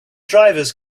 drivers